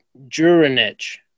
Jurinich